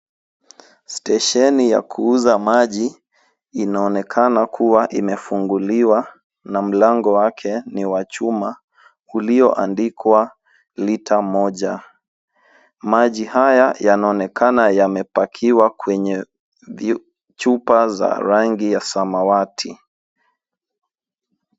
Stesheni ya kuuza maji inaonekana kuwa imefunguliwa, na mlango wake ni wa chuma ulioandikwa lita moja. Maji haya yanaonekana yamepakiwa kwenye chupa za rangi ya samawati.